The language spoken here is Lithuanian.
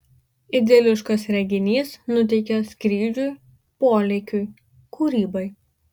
idiliškas reginys nuteikia skrydžiui polėkiui kūrybai